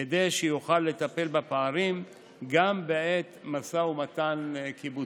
כדי שיוכל לטפל בפערים גם בעת משא ומתן קיבוצי.